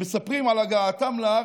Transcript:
ומספרים על הגעתם לארץ.